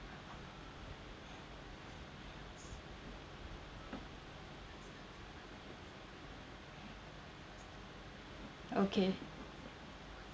okay